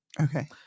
Okay